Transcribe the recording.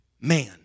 man